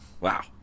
Wow